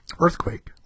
Earthquake